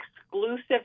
exclusive